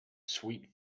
sweet